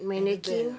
anabelle